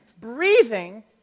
breathing